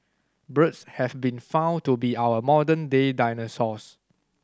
birds have been found to be our modern day dinosaurs